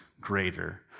greater